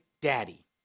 daddy